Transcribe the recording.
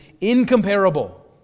incomparable